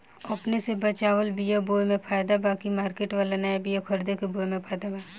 अपने से बचवाल बीया बोये मे फायदा बा की मार्केट वाला नया बीया खरीद के बोये मे फायदा बा?